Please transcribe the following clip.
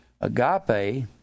Agape